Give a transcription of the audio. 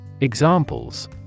Examples